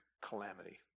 calamity